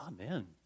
Amen